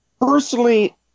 personally